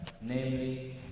namely